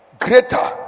greater